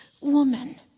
woman